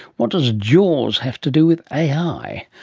what does jaws have to do with ai?